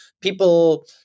people